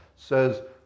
says